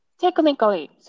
technically